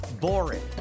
boring